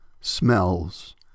smells